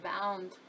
bound